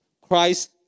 Christ